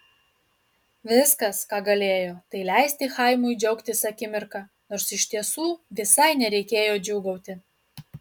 viskas ką galėjo tai leisti chaimui džiaugtis akimirka nors iš tiesų visai nereikėjo džiūgauti